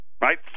Right